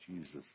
Jesus